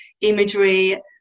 imagery